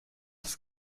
das